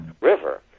River